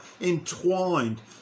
entwined